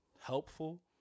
helpful